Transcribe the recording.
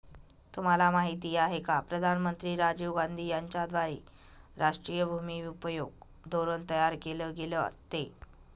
तुम्हाला माहिती आहे का प्रधानमंत्री राजीव गांधी यांच्याद्वारे राष्ट्रीय भूमि उपयोग धोरण तयार केल गेलं ते?